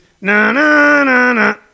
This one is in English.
na-na-na-na